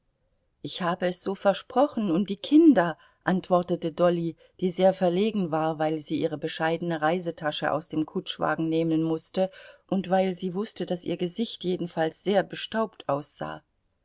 ich habe es so versprochen und die kinder antwortete dolly die sehr verlegen war weil sie ihre bescheidene reisetasche aus dem kutschwagen nehmen mußte und weil sie wußte daß ihr gesicht jedenfalls sehr bestaubt aussah